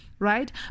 Right